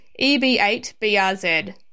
EB8BRZ